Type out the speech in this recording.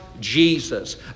Jesus